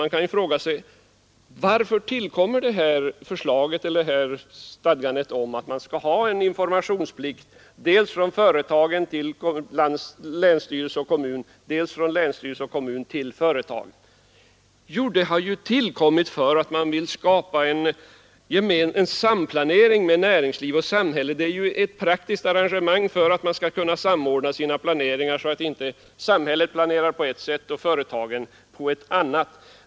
Man kan ju fråga sig: Varför tillkommer det här stadgandet om att man skall ha en informationsplikt dels från företagen till länsstyrelse och kommun, dels från länsstyrelse och kommun till företagen? Jo, det har ju tillkommit för att man vill skapa en samplanering mellan näringsliv och samhälle — det är ett praktiskt arrangemang för att planeringen skall kunna samordnas, så att inte samhället planerar på ett sätt och företagen på ett annat.